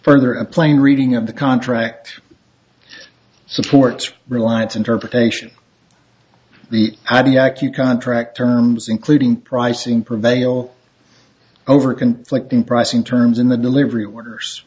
further and playing reading of the contract supports reliance interpretation the idea accu contract terms including pricing prevail over conflicting pricing terms in the delivery orders